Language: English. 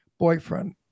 Boyfriend